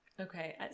Okay